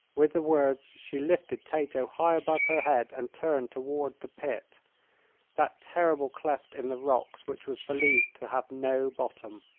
with the words she lifted tato high above her head and turned toward the pit that terrible cleft in the rocks which was believed to have no bottom.